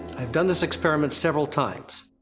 i've done this experiment several times.